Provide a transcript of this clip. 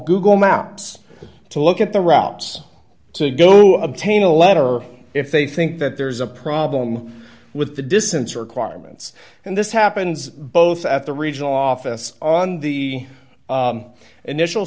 google maps to look at the routes to go obtain a letter if they think that there's a problem with the distance requirements and this happens both at the regional office on the initial